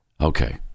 Okay